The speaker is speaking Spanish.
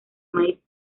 maíz